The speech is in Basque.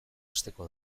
asteko